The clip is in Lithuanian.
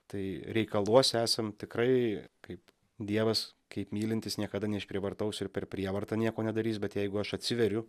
tai reikaluos esam tikrai kaip dievas kaip mylintis niekada neišprievartaus ir per prievartą nieko nedarys bet jeigu aš atsiveriu